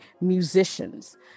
musicians